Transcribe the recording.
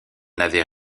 n’avait